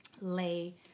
lay